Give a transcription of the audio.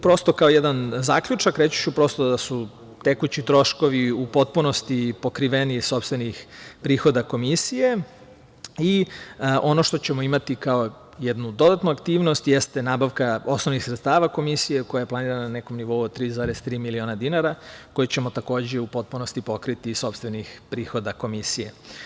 Prosto kao jedan zaključak reći ću prosto da su tekući troškovi u potpunosti pokriveni iz sopstvenih prihoda Komisije i ono što ćemo imati kao jednu dodatnu aktivnost jeste nabavka osnovnih sredstava Komisije koja je planirana na nekom nivou od 3,3 miliona dinara koju ćemo takođe u potpunosti pokriti iz sopstvenih prihoda Komisije.